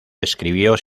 escribió